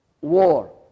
war